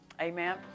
Amen